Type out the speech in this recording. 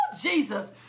Jesus